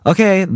Okay